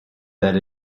that